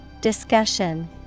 Discussion